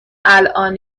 الان